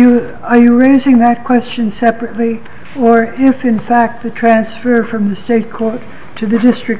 i really think that question separately for if in fact the transfer from the state court to the district